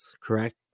correct